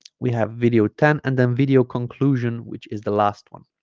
we have video ten and then video conclusion which is the last one